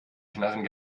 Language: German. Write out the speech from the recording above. knarren